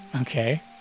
Okay